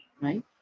right